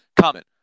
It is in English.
comment